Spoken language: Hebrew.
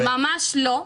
ממש לא.